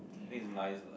think it's nice lah